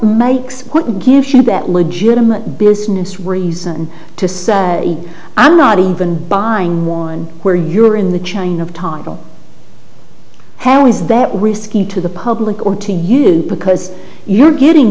what gives you that legitimate business reason to say i'm not even buying one where you're in the chain of time how is that risky to the public or to you because you're getting